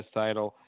title